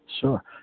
Sure